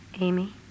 Amy